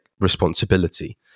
responsibility